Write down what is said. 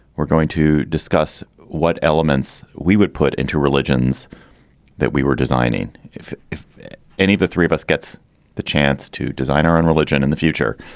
we're going to discuss what elements we would put into religions that we were designing. if if any of the three of us gets the chance to design our own religion in the future,